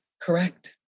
Correct